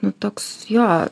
nu toks jo